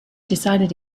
decided